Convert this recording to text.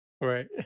Right